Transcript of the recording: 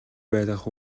байлгах